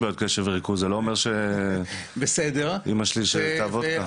בעיות קשב וריכוז אבל זה לא אומר שאמא שלי שתתה וודקה.